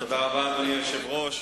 אדוני היושב-ראש,